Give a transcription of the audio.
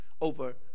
over